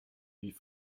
wie